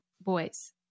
boys